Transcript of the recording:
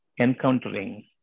Encountering